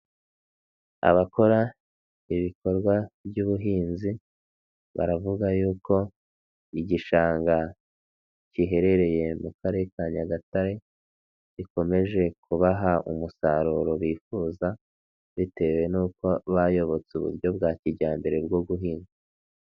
Abakora ibikorwa by'ubuhinzi baravuga yuko igishanga giherereye mu karere ka Nyagatare, gikomeje kubaha umusaruro bifuza, bitewe n'uko bayobotse uburyo bwa kijyambere bwo guhinga.